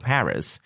Paris